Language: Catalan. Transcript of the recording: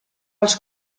els